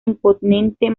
imponente